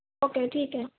okay ٹھیک ہے